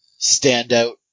standout